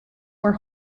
were